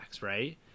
right